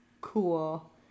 Cool